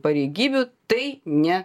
pareigybių tai ne